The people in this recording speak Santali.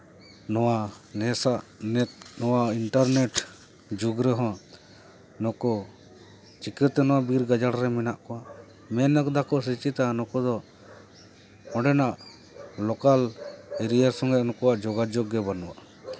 ᱱᱚᱣᱟ ᱱᱮᱥᱼᱟᱜ ᱱᱮᱴ ᱱᱚᱣᱟ ᱤᱱᱴᱟᱨᱱᱮᱴ ᱡᱩᱜᱽ ᱨᱮᱦᱚᱸ ᱱᱩᱠᱩ ᱪᱤᱠᱟᱹᱛᱮ ᱱᱚᱣᱟ ᱵᱤᱨ ᱜᱟᱡᱟᱲ ᱨᱮ ᱱᱮᱱᱟᱜ ᱠᱚᱣᱟ ᱢᱮᱱᱫᱟᱠᱚ ᱥᱮᱪᱮᱛᱟ ᱱᱩᱠᱩ ᱫᱚ ᱚᱸᱰᱮᱱᱟᱜ ᱞᱳᱠᱟᱞ ᱮᱨᱤᱭᱟ ᱥᱟᱞᱟᱜ ᱱᱩᱠᱩᱣᱟᱜ ᱫᱚ ᱡᱳᱜᱟᱡᱳᱜᱽ ᱵᱟᱹᱱᱩᱜᱼᱟ